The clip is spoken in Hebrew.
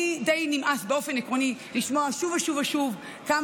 לי די נמאס באופן עקרוני לשמוע שוב ושוב כמה,